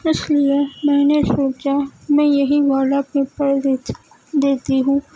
اس لیے میں نے سوچا میں یہی والا پیپر دیتی دیتی ہوں